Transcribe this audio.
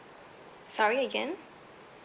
sorry again